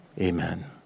Amen